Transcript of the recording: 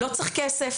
לא צריך כסף,